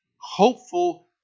hopeful